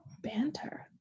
banter